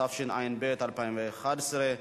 התשע"ב 2011,